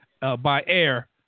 by-air